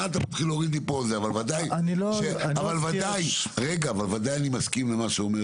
אני ודאי מסכים למה שאומר